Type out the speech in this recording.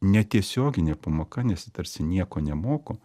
netiesioginė pamoka nes ji tarsi nieko nemoko